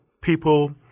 people